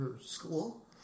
school